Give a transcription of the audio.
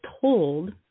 told